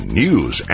news